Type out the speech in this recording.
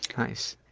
nice.